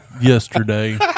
yesterday